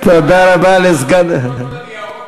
מה יעשו במשרד להגנת הסביבה עם כל הניירות עכשיו.